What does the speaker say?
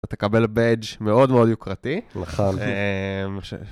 אתה תקבל באג' מאוד מאוד יוקרתי. נכון.